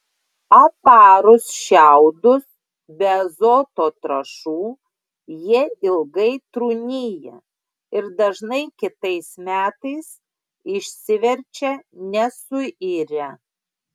aparus šiaudus be azoto trąšų jie ilgai trūnija ir dažnai kitais metais išsiverčia nesuirę